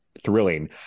thrilling